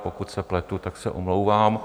Pokud se pletu, tak se omlouvám.